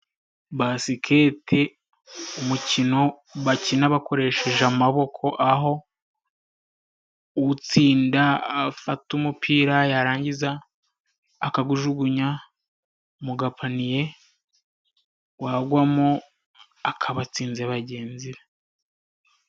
basikete ni umukino bakina bakoresheje amaboko， aho utsinda afata umupira yarangiza akagujugunya mu gapaniye， wagwamo akaba atsinze bagenzi be.